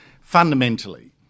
Fundamentally